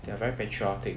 they are very patriotic